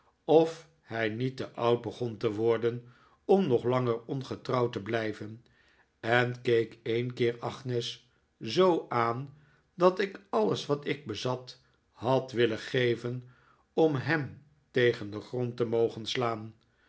of hij niet te oud begon te worden om nog langer ongetrouwd te blijven en keek een keer agnes zoo aan dat ik alles wat ik bezat had willen geven om hem tegen den grond te mogen slaan